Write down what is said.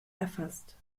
erfasst